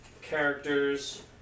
characters